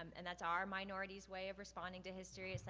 um and that's our minority's way of responding to history. so